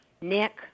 Nick